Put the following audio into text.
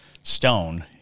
stone